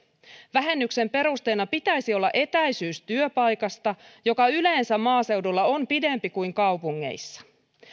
vähennyksen perusteena pitäisi olla etäisyys työpaikasta joka yleensä maaseudulla on pidempi kuin kaupungeissa